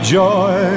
joy